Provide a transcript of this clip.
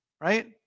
right